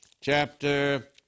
chapter